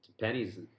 pennies